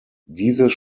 dieses